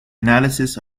analysis